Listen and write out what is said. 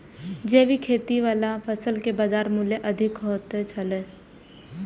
जैविक खेती वाला फसल के बाजार मूल्य अधिक होयत छला